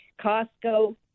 Costco